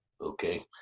okay